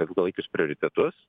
ilgalaikius prioritetus